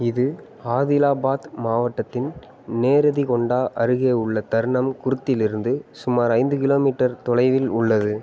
இது ஆதிலாபாத் மாவட்டத்தின் நேரெதிகொண்டா அருகே உள்ள தர்ணம் குர்த்திலிருந்து சுமார் ஐந்து கிலோமீட்டர் தொலைவில் உள்ளது